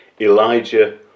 Elijah